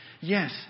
Yes